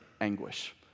anguish